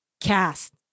cast